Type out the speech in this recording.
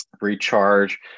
recharge